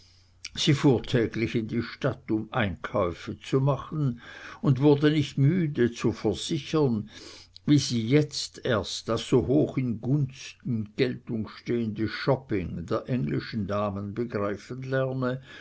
sie fuhr täglich in die stadt um einkäufe zu machen und wurde nicht müde zu versichern wie sie jetzt erst das so hoch in gunst und geltung stehende shopping der englischen damen begreifen lerne